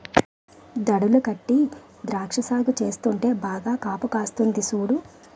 దడులు గట్టీ ద్రాక్ష సాగు చేస్తుంటే బాగా కాపుకాస్తంది సూడు